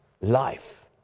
life